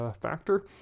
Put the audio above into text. factor